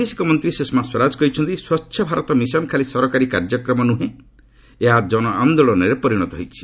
ବୈଦେଶିକ ମନ୍ତ୍ରୀ ସୁଷମା ସ୍ୱରାଜ କହିଛନ୍ତି ସ୍ୱଚ୍ଚ ଭାରତ ମିଶନ୍ ଖାଲି ସରକାରୀ କାର୍ଯ୍ୟକ୍ରମ ନୁହେଁ ଏହା ଜନଆନ୍ଦୋଳନରେ ପରିଣତ ହୋଇଛି